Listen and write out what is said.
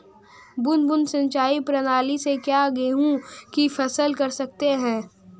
बूंद बूंद सिंचाई प्रणाली से क्या गेहूँ की फसल कर सकते हैं?